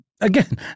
again